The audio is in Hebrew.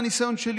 מהניסיון שלי,